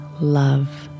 love